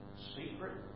Secret